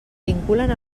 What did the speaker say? vinculen